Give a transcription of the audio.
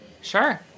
Sure